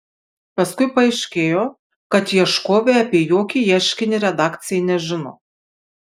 paskui paaiškėjo kad ieškovė apie jokį ieškinį redakcijai nežino